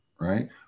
right